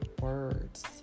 words